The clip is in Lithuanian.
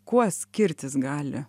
kuo skirtis gali